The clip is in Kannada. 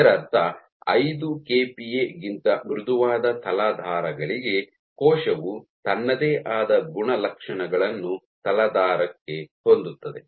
ಇದರರ್ಥ ಐದು ಕೆಪಿಎ ಗಿಂತ ಮೃದುವಾದ ತಲಾಧಾರಗಳಿಗೆ ಕೋಶವು ತನ್ನದೇ ಆದ ಗುಣಲಕ್ಷಣಗಳನ್ನು ತಲಾಧಾರಕ್ಕೆ ಹೊಂದುತ್ತದೆ